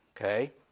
Okay